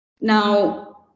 now